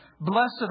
blessed